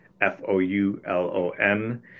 F-O-U-L-O-N